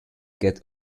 get